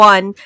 One